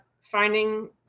finding